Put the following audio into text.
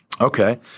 Okay